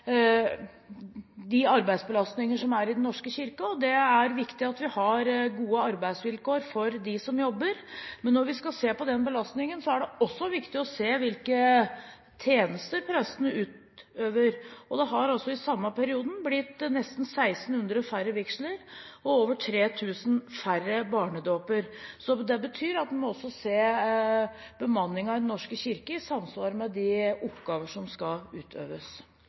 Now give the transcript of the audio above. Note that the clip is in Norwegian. den arbeidsbelastningen som er i Den norske kirke. Det er viktig at vi har gode arbeidsvilkår for dem som jobber, men når vi skal se på den belastningen, er det også viktig å se hvilke tjenester prestene utøver. I samme periode har det blitt nesten 1 600 færre vigsler og over 3 000 færre barnedåper. Det betyr at en må se bemanningen i Den norske kirke i sammenheng med de oppgaver som skal utøves.